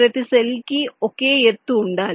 ప్రతి సెల్ కి ఒకే ఎత్తు ఉండాలి